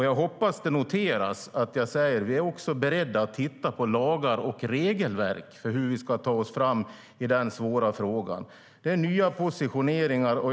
Jag hoppas att det noteras att jag säger att vi är beredda att titta på lagar och regelverk för hur vi ska ta oss fram i denna svåra fråga. Det är nya positioneringar.